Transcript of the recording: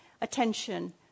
attention